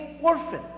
orphan